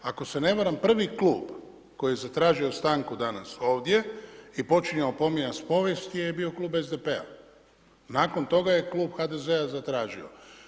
Ako se ne varam prvi klub koji je zatražio stanku danas ovdje i počinjao spominjati povijest je bio Klub SDP-a, nakon toga je Klub HDZ-a zatražio.